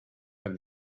from